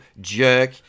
jerk